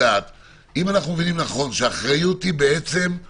אם אנחנו מבינים נכון שהאחריות היא על